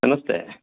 नमस्ते